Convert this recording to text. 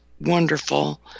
wonderful